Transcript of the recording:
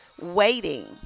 waiting